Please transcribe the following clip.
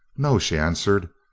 no, she answered,